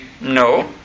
No